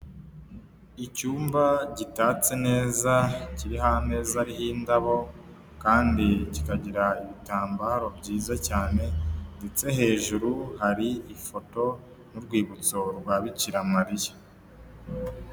Icyumba gitatse neza kiri ho ameza ariho indabo kandi kikagira ibitambaro byiza cyane ndetse hejuru hari ifoto n'urwibutso rwa bikira Mariya.